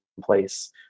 place